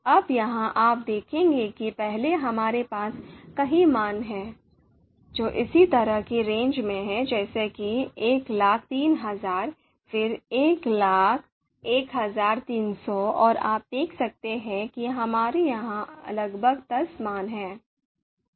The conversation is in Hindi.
अब यहाँ आप देखेंगे कि पहले हमारे पास कई मान हैं जो इसी तरह की रेंज में हैं जैसे कि 103000 फिर 101300 और आप देख सकते हैं कि हमारे यहाँ लगभग दस मान हैं